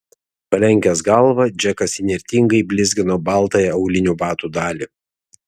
palenkęs galvą džekas įnirtingai blizgino baltąją aulinių batų dalį